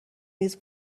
نیز